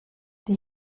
die